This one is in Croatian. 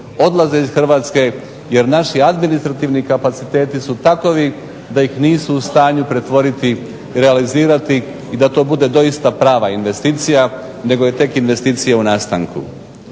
odlaze iz Hrvatske jer naši administrativni kapaciteti su takovi da ih nisu u stanju pretvoriti, realizirati i da to bude doista prava investicija nego je tek investicija u nastanku.